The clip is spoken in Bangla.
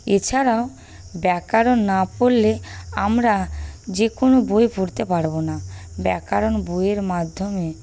এছাড়াও ব্যাকারণ না পড়লে আমরা যে কোনো বই পড়তে পারব না ব্যাকারণ বইয়ের মাধ্যমে